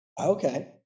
Okay